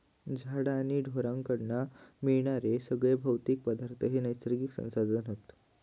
झाडा आणि ढोरांकडना मिळणारे सगळे भौतिक पदार्थ हे नैसर्गिक संसाधन हत